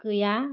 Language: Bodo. गैया